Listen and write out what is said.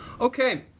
okay